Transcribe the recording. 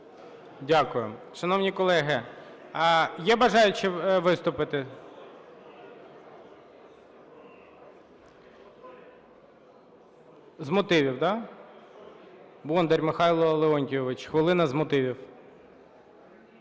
Дякую. Шановні колеги, є бажаючі виступити? З мотивів. Так? Бондар Михайло Леонтійович, хвилина з мотивів.